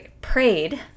prayed